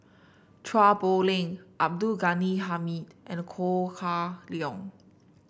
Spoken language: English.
Chua Poh Leng Abdul Ghani Hamid and Ko Hah Leong